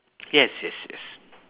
yes yes yes